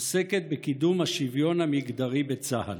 עוסקת בקידום השוויון המגדרי בצה"ל.